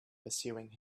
pursuing